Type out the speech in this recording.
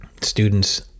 students